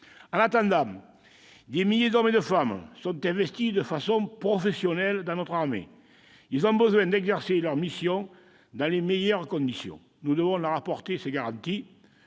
En attendant, des milliers d'hommes et de femmes sont investis de façon professionnelle dans notre armée. Ils ont besoin d'exercer leurs missions dans les meilleures conditions. Nous devons leur apporter ces garanties.